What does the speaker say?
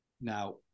now